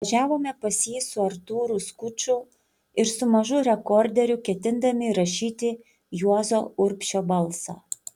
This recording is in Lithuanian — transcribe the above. važiavome pas jį su artūru skuču ir su mažu rekorderiu ketindami įrašyti juozo urbšio balsą